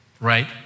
Right